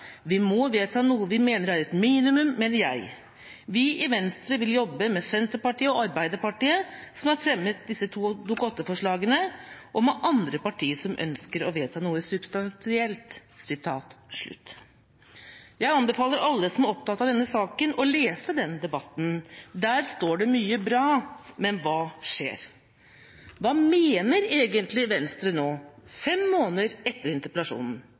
Vi må vedta noe vi mener er et minimum, mener jeg. Vi i Venstre vil jobbe med Senterpartiet og Arbeiderpartiet, som har fremmet to Dokument 8-forslag, og med andre partier som ønsker å vedta noe substansielt.» Jeg anbefaler alle som er opptatt av denne saken, å lese den debatten. Der står det mye bra. Men hva skjer? Hva mener egentlig Venstre nå, fem måneder etter interpellasjonen?